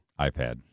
iPad